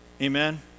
Amen